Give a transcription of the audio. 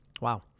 Wow